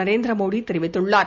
நரேந்திர மோடி தெரிவித்துள்ளார்